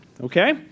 Okay